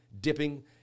dipping